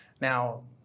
Now